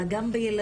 אלא גם בילדים,